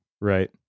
Right